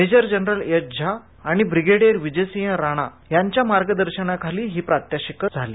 major general S Jha आणि brigadier Vijay Singh Rana यांच्या मार्गदर्शनाखाली ही प्रात्यक्षिक झाली